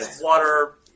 water